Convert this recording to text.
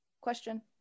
Question